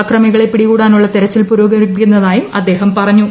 അക്രമികളെ പിടികൂടാനുള്ള തെരച്ചിൽ പുരോഗമിക്കുന്നതായും അദ്ദേഹം പറഞ്ഞു